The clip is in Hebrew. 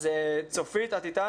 אז צופית גולן, את איתנו?